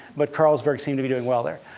but carlsberg seemed to be doing well there.